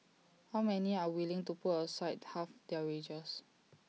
how many are willing to put aside half their wages